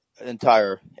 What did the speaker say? entire